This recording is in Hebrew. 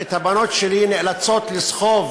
את הבנות שלי נאלצות לסחוב